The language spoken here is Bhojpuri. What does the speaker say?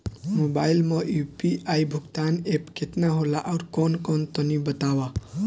मोबाइल म यू.पी.आई भुगतान एप केतना होला आउरकौन कौन तनि बतावा?